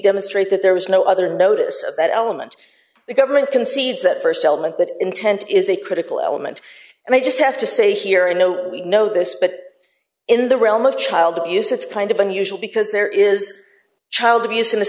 demonstrate that there was no other notice of that element the government concedes that st element that intent is a critical alamo and i just have to say here i know we know this but in the realm of child abuse it's kind of unusual because there is child abuse in a